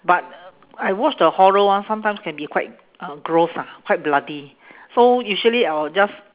but I watch the horror one sometimes can be quite uh gross ah quite bloody so usually I will just